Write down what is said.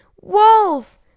Wolf